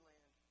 Land